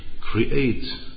create